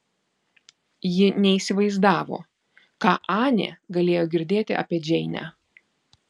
ji neįsivaizdavo ką anė galėjo girdėti apie džeinę